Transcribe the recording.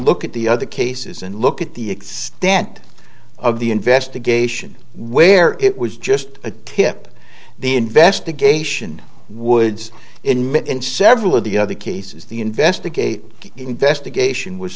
look at the other cases and look at the extent of the investigation where it was just a tip the investigation woods in mit in several of the other cases the investigate investigation was